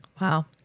Wow